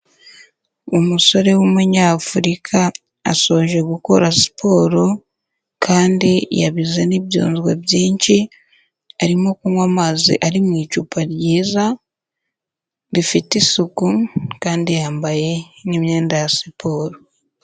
Umusore w'umunyafurika asoje gukora siporo, kandi yabize n'ibyunzwe byinshi arimo kunywa amazi ari mu icupa ryiza rifite isuku, kandi yambaye nk'imyenda ya siporo.